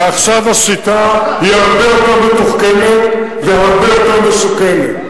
ועכשיו השיטה היא הרבה יותר מתוחכמת והרבה יותר מסוכנת.